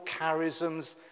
charisms